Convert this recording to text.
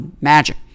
Magic